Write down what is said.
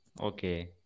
Okay